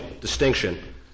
distinction